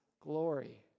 glory